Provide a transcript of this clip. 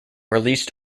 released